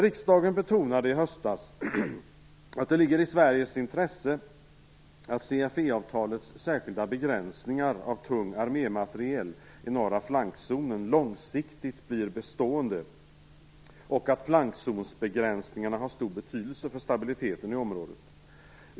Riksdagen betonade i höstas att det ligger i Sveriges intresse att CFE-avtalets särskilda begränsningar av tung armémateriel i norra flankzonen långsiktigt blir bestående och att flankzonsbegränsningarna har stor betydelse för stabiliteten i området.